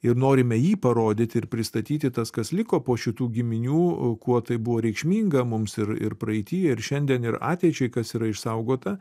ir norime jį parodyti ir pristatyti tas kas liko po šitų giminių kuo tai buvo reikšminga mums ir ir praeity ir šiandien ir ateičiai kas yra išsaugota